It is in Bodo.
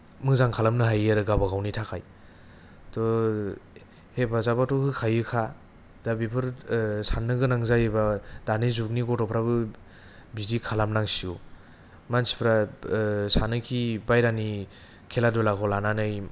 मोजां खालामनो हायो आरो गावबा गावनि थाखाय थ' हेफाजाबाथ' होखायोखा दा बेफोर सान्नो गोनां जायोबा दानि जुगनि गथ'फ्राबो बिदि खालामनांसिगौ मानसिफ्रा सानोखि बाहेरानि खेला धुलाखौ लानानै